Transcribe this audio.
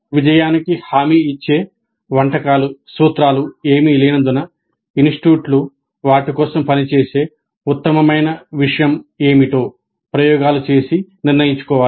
విజయానికి హామీ ఇచ్చే వంటకాలుసూత్రాలు ఏవీ లేనందున ఇన్స్టిట్యూట్లు వాటి కోసం పనిచేసే ఉత్తమమైన విషయం ఏమిటో ప్రయోగాలు చేసి నిర్ణయించుకోవాలి